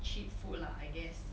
cheap food lah I guess